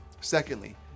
Secondly